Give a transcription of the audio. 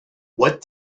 what